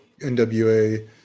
NWA